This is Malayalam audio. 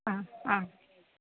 ആ ആ